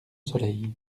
soleil